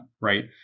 Right